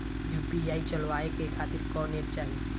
UPI चलवाए के खातिर कौन एप चाहीं?